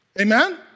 amen